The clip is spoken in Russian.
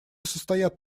состоят